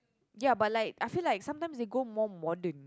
ya but like I feel like sometimes they go more modern